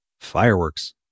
Fireworks